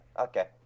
okay